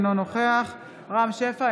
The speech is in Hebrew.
אינו נוכח רם שפע,